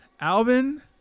Alvin